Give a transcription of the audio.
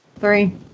Three